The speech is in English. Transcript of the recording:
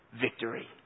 Victory